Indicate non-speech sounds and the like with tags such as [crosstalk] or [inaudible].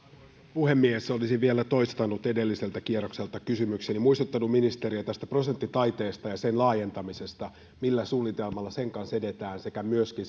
puhemies olisin vielä toistanut edelliseltä kierrokselta kysymykseni muistuttanut ministeriä tästä prosenttitaiteesta ja sen laajentamisesta millä suunnitelmalla sen kanssa edetään sekä myöskin [unintelligible]